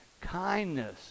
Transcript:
kindness